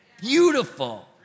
Beautiful